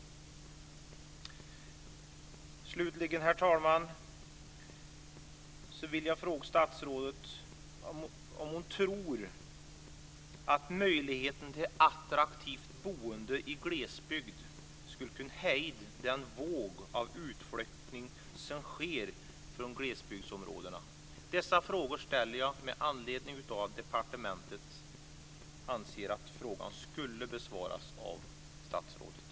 Herr talman! Slutligen vill jag fråga statsrådet om hon tror att möjligheten till ett attraktivt boende i glesbygd skulle kunna hejda den våg av utflyttning som sker från glesbygdsområden. Dessa frågor ställer jag med anledning av att departementet anser att interpellationen ska besvaras av statsrådet.